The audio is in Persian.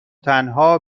تنها